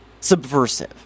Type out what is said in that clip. subversive